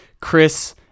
Chris